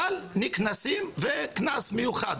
אבל נקנסים וקנס מיוחד,